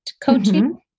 coaching